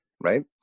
right